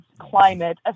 climate